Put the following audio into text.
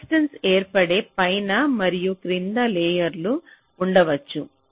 capacitance ఏర్పడే పైన మరియు క్రింద లేయర్ లు ఉండవచ్చు